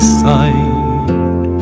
side